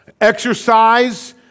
Exercise